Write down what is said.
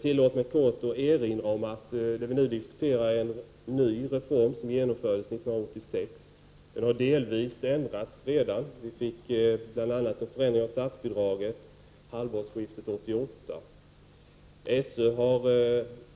Tillåt mig att erinra om att vi nu diskuterar en ny reform. Den infördes 1986. Den har delvis ändrats redan. Vi fick bl.a. en ändring av statsbidraget vid halvårsskiftet 1988.